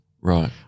Right